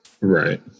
Right